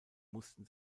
mussten